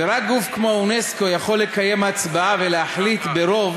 ורק גוף כמו אונסק"ו יכול לקיים הצבעה ולהחליט ברוב